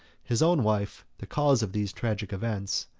his own wife, the cause of these tragic events,